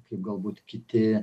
kaip galbūt kiti